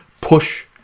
push